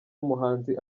umuhanzi